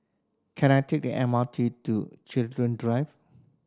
can I take the M R T to Chiltern Drive